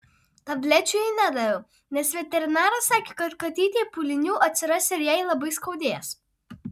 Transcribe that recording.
tablečių jai nedaviau nes veterinaras sakė kad katytei pūlinių atsiras ir jai labai skaudės